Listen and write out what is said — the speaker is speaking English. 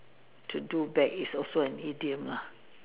to do bad is also an idiom lah